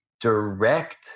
direct